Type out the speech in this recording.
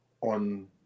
on